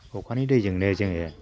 अखानि दैजोंनो जोङो